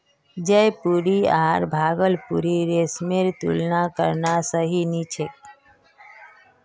जयपुरी आर भागलपुरी रेशमेर तुलना करना सही नी छोक